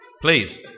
Please